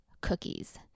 cookies